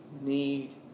need